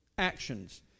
actions